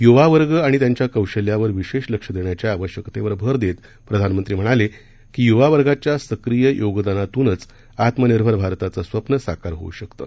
युवा वर्ग आणि त्यांच्या कौशल्यावर विशेष लक्ष देण्याच्या आवश्यकतेवर भर देत प्रधानमंत्री म्हणाले की युवा वर्गाच्या सक्रिय योगदानातूनच आत्मनिर्भर भारताचं स्वप्न साकार होऊ शकतं